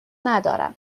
ندارم